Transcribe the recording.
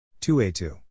2a2